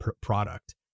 product